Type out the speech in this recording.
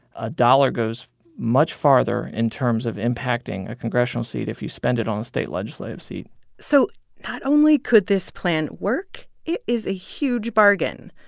a dollar goes much farther in terms of impacting a congressional seat if you spend it on a state legislative seat so not only could this plan work, it is a huge bargain.